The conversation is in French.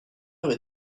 heure